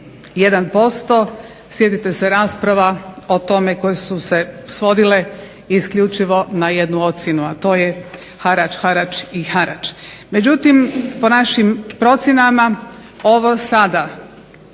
1%. Sjetite se rasprava o tome koje su se svodile isključivo na jednu ocjenu a to je harač, harač i harač. Međutim, po našim procjenama ovo sada